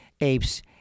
apes